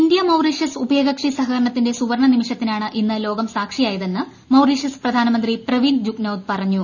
ഇന്തൃ Mauritius ഉഭയകക്ഷി സഹകരണത്തിന്റെ സുവർണ നിമിഷത്തിനാണ് ഇന്ന് ലോകം സാക്ഷിയായതെന്ന് മൌറീഷ്യസ് പ്രധാനമന്ത്രി പ്രവിന്ദ് ജുഗ്നൌദ് പറഞ്ഞു